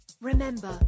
Remember